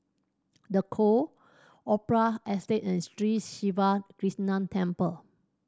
the call Opera Estate and Sri Siva Krishna Temple